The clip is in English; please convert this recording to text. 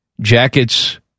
Jackets